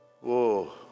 Whoa